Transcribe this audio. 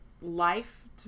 life